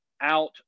out